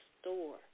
store